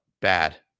bad